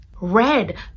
Red